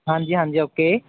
ਹਾਂਜੀ ਹਾਂਜੀ ਓਕੇ